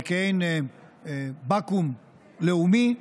בכעין בקו"ם לאומי,